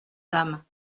dames